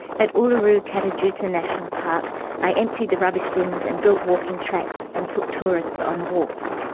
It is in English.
at uluru-kata tjuta national park i emptied the rubbish bins and built walking tracks and took tourists on walks.